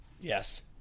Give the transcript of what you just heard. yes